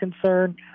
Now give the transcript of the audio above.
concern